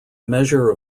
measure